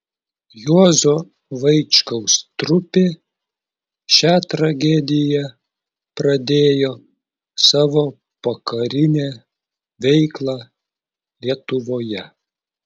juozo vaičkaus trupė šia tragedija pradėjo savo pokarinę veiklą lietuvoje